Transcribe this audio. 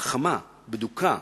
חכמה, בדוקה.